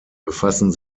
befassen